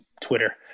Twitter